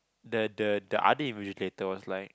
the the the other invigilator was like